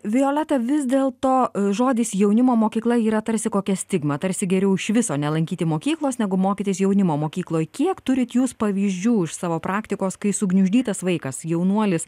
mums liko minutė ir violeta vis dėlto žodis jaunimo mokykla yra tarsi kokia stigma tarsi geriau iš viso nelankyti mokyklos negu mokytis jaunimo mokykloj kiek turite jūs pavyzdžių iš savo praktikos kai sugniuždytas vaikas jaunuolis